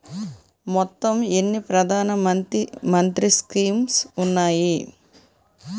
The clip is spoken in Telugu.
మొత్తం ఎన్ని ప్రధాన మంత్రి స్కీమ్స్ ఉన్నాయి?